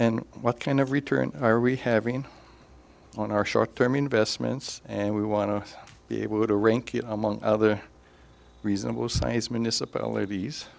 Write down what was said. and what kind of return are we having on our short term investments and we want to be able to rank among other reasonable sized municipalities